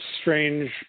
strange